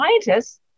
scientists